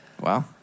Wow